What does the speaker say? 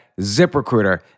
ZipRecruiter